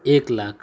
એક લાખ